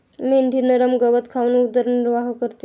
मेंढी नरम गवत खाऊन उदरनिर्वाह करते